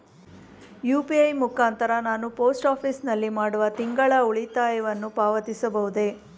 UPI ಮುಖಾಂತರ ನಾನು post office ನಲ್ಲಿ ಮಾಡುವ ತಿಂಗಳ ಉಳಿತಾಯವನ್ನು ಪಾವತಿಸಬಹುದೇ?